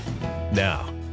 Now